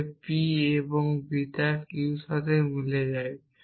তাহলে p এবং beta q এর সাথে মিলে যায়